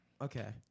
okay